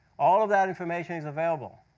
all of that information is available.